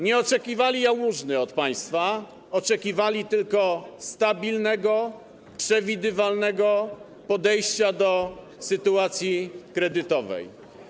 Nie oczekiwali od państwa jałmużny - oczekiwali tylko stabilnego, przewidywalnego podejścia do sytuacji kredytowej.